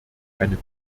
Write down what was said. eine